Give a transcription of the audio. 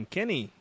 Kenny